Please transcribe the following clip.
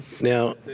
Now